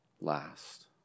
Last